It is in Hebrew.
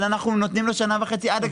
אבל אנחנו נותנים לו שנה וחצי עד הגשת הדוח.